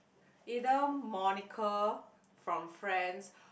either Monica from Friends